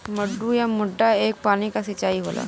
मड्डू या मड्डा एक पानी क सिंचाई होला